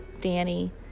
Danny